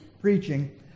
preaching